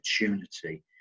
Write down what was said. opportunity